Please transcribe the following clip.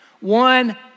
one